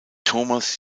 thomas